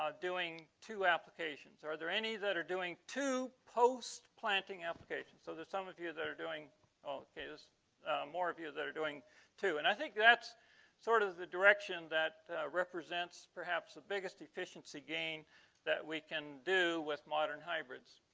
doing two applications are there any that are doing to post planting applications, so there's some of you that are doing okay? there's more of you that are doing to and i think that's sort of the direction that represents perhaps the biggest efficiency gain that we can do with modern hybrids